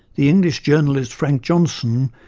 the english journalist, frank johnson,